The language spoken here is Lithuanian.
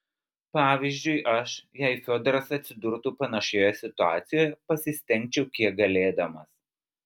pavyzdžiui aš jei fiodoras atsidurtų panašioje situacijoje pasistengčiau kiek galėdamas